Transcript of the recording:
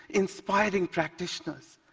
inspiring practitioners,